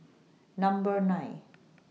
Number nine